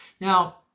now